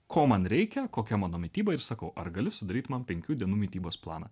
ko man reikia kokia mano mityba ir sakau ar gali sudaryt man penkių dienų mitybos planą